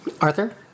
Arthur